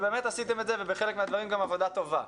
ובאמת עשיתם את זה ובחלק מהדברים גם עבודה טובה,